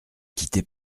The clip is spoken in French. quitté